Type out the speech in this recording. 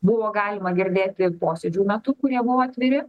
buvo galima girdėti posėdžių metu kurie buvo atviri